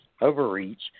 overreach